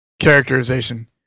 characterization